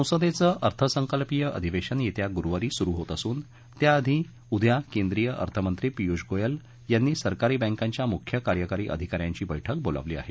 संसदेचं अर्थसंकल्पीय अधिवेशन येत्या गुरुवारी सुरु होत असून त्याआधी उद्या केंद्रीय अर्थमंत्री पियुष गोयल यांनी सरकारी बँकांच्या मुख्य कार्यकारी अधिकाऱ्याची बैठक बोलावली आहे